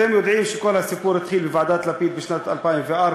אתם יודעים שכל הסיפור התחיל בוועדת לפיד בשנת 2004,